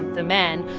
the men,